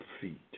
feet